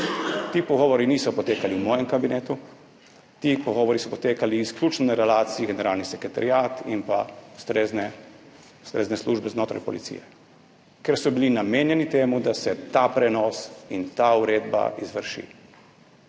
Ti pogovori niso potekali v mojem kabinetu, ti pogovori so potekali izključno na relaciji Generalni sekretariat in pa ustrezne službe znotraj policije, ker so bili namenjeni temu, da se ta prenos in ta uredba izvrši.